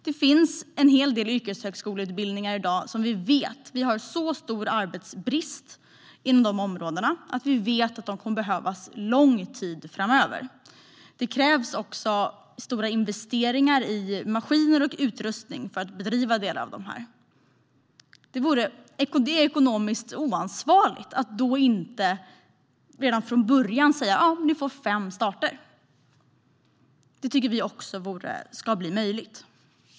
Det finns yrken där det råder så stor arbetskraftsbrist att vi vet att det kommer att behövas utbildning i dessa under lång tid framöver. Det krävs också stora investeringar i maskiner och utrustning för att bedriva vissa av dessa utbildningar. Då är det ekonomiskt oansvarigt att inte redan från början säga att dessa utbildningar får fem starter. Vi tycker att det ska bli möjligt.